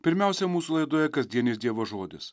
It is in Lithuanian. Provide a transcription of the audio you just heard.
pirmiausia mūsų laidoje kasdienis dievo žodis